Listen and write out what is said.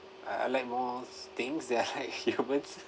uh I like more things that are like humans